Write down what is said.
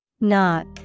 Knock